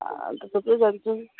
थुप्रै जान्छौँ